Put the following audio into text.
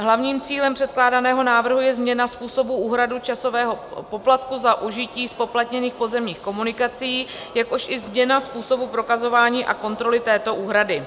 Hlavním cílem předkládaného návrhu je změna způsobu úhrady časového poplatku za užití zpoplatněných pozemních komunikací, jakož i změna způsobu prokazování a kontroly této úhrady.